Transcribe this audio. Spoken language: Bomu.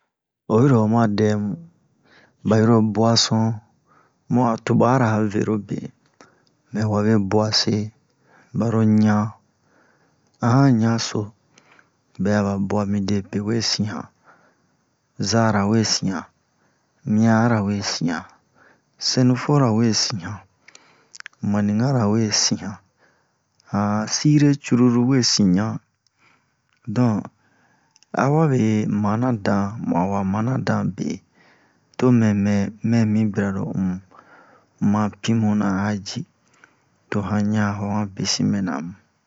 Oyi ro oma dɛmu ba yiro buwason mu'a tubara verobe mɛ wabe buwa se baro ɲan a han ɲan so bɛ'a ba buwa midepe we sin han zara we sin han miya'ara we sin han senufora we sin han manikara we sin han han sire cururu we sin ɲan don a wabe mana dan mu'a wa mana dan be tomɛ mɛ mɛmi bira lo un un ma pi muna a ji to han ɲan ho han besin mɛna mu